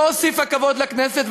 לא הוסיפה כבוד לכנסת.